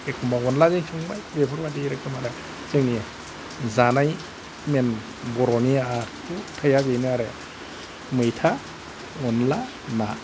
एखनबा अनलाजों संबाय बेफोरबादि रोखोम आरो जोंनि जानाय मेन बर'नि आखुथाइया बेनो आरो मैथा अनला ना